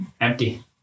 empty